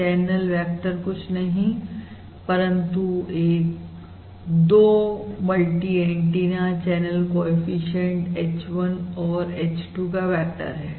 channel vector कुछ नहीं परंतु एक 2 multi antenna channel coefficient h1 h2 का वेक्टर है